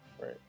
Right